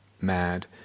mad